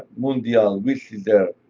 mundial with scissor,